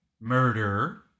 murder